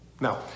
Now